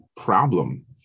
problem